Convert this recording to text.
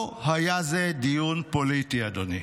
לא היה זה דיון פוליטי, אדוני,